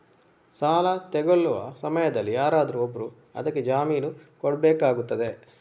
ಸಾಲ ತೆಗೊಳ್ಳುವ ಸಮಯದಲ್ಲಿ ಯಾರಾದರೂ ಒಬ್ರು ಅದಕ್ಕೆ ಜಾಮೀನು ಕೊಡ್ಬೇಕಾಗ್ತದೆ